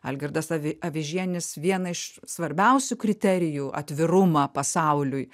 algirdas avižienis vieną iš svarbiausių kriterijų atvirumą pasauliui